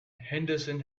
henderson